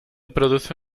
produce